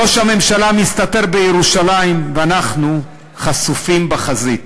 ראש הממשלה מסתתר בירושלים, ואנחנו חשופים בחזית.